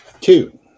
Two